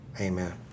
Amen